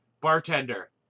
bartender